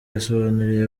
yasobanuriye